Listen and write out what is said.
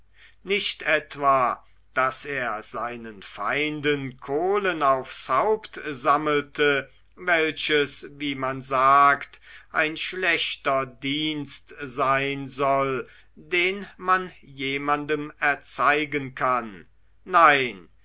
nicht etwa daß er seinen feinden kohlen aufs haupt sammelte welches wie man sagt ein schlechter dienst sein soll den man jemanden erzeigen kann nein